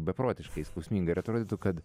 beprotiškai skausminga ir atrodytų kad